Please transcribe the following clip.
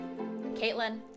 Caitlin